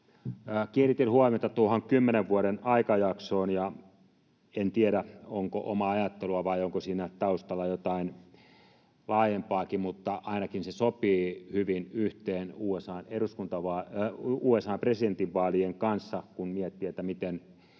Kiinnitin huomiota tuohon kymmenen vuoden aikajaksoon, ja en tiedä, onko omaa ajattelua vai onko siinä taustalla jotain laajempaakin, mutta ainakin se sopii hyvin yhteen USA:n presidentinvaalien kanssa. Kun miettii, miten